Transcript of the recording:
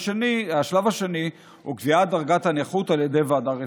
השלב השני הוא קביעת דרגת הנכות על ידי ועדה רפואית.